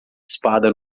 espada